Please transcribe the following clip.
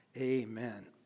Amen